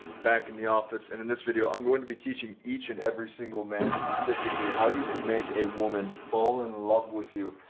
back in the office and in this video, i'm going to be teaching each and every single man specifically how you can make a woman fall in love with you.